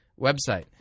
website